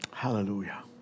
Hallelujah